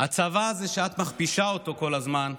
הצבא הזה שאת מכפישה אותו כל הזמן,